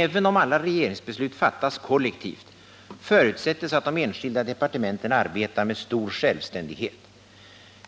Även om alla regeringsbeslut fattas kollektivt förutsättes att de enskilda departementen arbetar med stor självständighet.